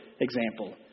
example